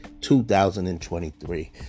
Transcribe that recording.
2023